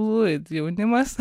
fluid jaunimas